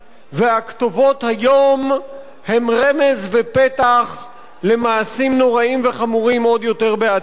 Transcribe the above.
והכתובות היום הן רמז ופתח למעשים נוראים וחמורים עוד יותר בעתיד.